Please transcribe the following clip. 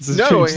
no.